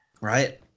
Right